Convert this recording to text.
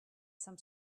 some